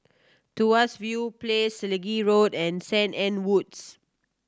Tuas View Place Selegie Road and Saint Anne Woods